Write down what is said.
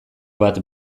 bat